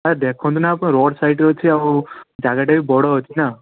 ନାହିଁ ଦେଖନ୍ତୁ ନା ଆପଣ ରୋଡ୍ ସାଇଡ୍ରେ ଅଛି ଆଉ ଜାଗାଟା ବି ବଡ଼ ଅଛି ନା